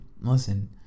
listen